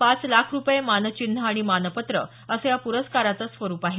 पाच लाख रुपये मानचिन्ह आणि मानपत्र असं या पुरस्काराचं स्वरूप आहे